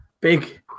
big